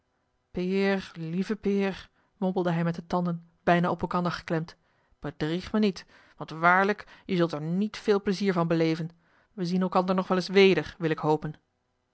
peer lieve peer mompelde hij met de tanden bijna op elkander geklemd bedrieg mij niet want waarlijk je zult er niet veel pleizier van beleven we zien elkander nog wel eens weder wil ik hopen